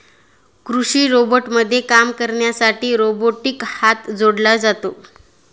कृषी रोबोटमध्ये काम करण्यासाठी रोबोटिक हात जोडला जातो